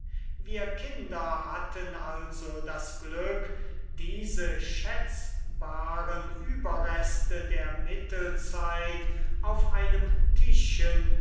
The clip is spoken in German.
wir kinder hatten also das glück diese schätzbaren überreste der mittelzeit auf einem tischchen